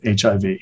HIV